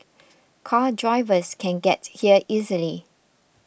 car drivers can get here easily